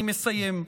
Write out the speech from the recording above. אני מסיים.